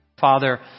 Father